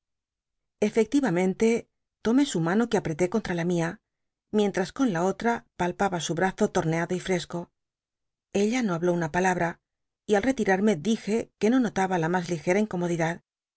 mente tomó su mano que iq retó contra la mía mientras con la otra palpaba su brazo torneado y fresco ella no habló una palabra y al retirarme dije que no notaba la mas ligera incomodidad